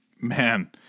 man